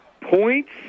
Points